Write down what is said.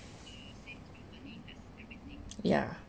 yeah